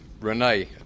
Renee